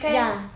ya